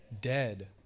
Dead